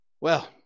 Well